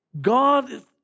God